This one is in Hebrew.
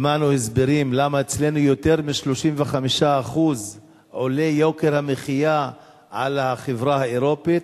שמענו הסברים למה אצלנו עולה יוקר המחיה ביותר מ-35% על החברה האירופית,